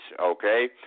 okay